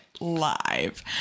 live